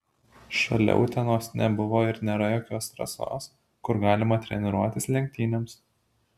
šalia utenos nebuvo ir nėra jokios trasos kur galima treniruotis lenktynėms